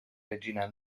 regina